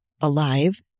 alive